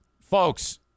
folks